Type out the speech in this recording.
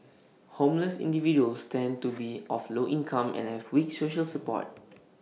homeless individuals tend to be of low income and have weak social support